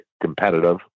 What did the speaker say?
competitive